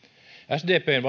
sdpn